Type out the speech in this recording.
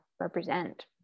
represent